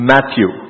Matthew